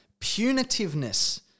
punitiveness